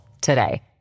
today